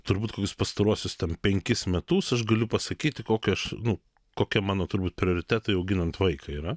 turbūt kokius pastaruosius ten penkis metus aš galiu pasakyti kokie aš nu kokie mano turbūt prioritetai auginant vaiką yra